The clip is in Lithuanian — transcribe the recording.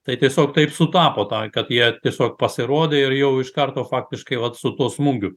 tai tiesiog taip sutapo tą kad jie tiesiog pasirodė ir jau iš karto faktiškai vat su tuo smūgiu